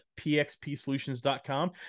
pxpsolutions.com